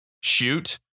shoot